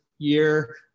year